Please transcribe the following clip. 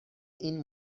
این